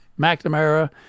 McNamara